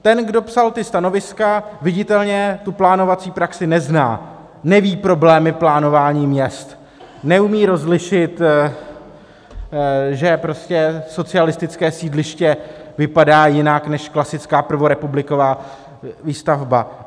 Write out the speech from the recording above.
Ten, kdo psala ta stanoviska, viditelně plánovací praxi nezná, neví problémy plánování měst, neumí rozlišit, že socialistické sídliště vypadá jinak než klasická prvorepubliková výstavba.